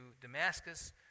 Damascus